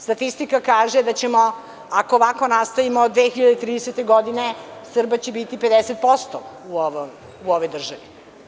Statistika kaže da ćemo ako ovako nastavimo 2030. godine, Srba će biti 50% u ovoj državi.